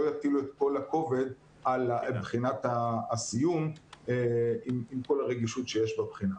יטילו את כל הכובד על בחינת הסיום עם כל הרגישות שיש בבחינה.